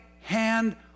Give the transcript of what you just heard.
hand